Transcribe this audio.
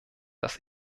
dass